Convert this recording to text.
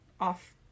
off